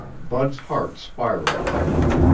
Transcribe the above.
bud's heart spiraled upward.